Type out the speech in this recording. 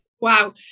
Wow